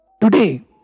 Today